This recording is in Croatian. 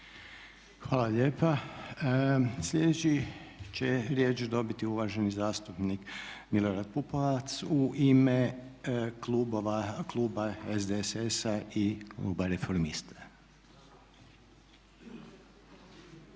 Hvala lijepa. Sljedeći će riječ dobiti uvaženi zastupnik Milorad Pupovac u ime kluba SDSS-a i kluba Reformista.